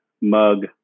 mug